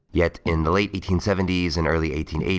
yet, in the late eighteen seventy s and early eighteen eighty